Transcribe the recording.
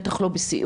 בטח לא בסיעוד,